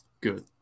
Good